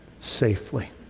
safely